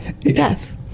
Yes